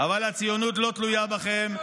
אבל הציונות לא תלויה בכם,